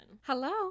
hello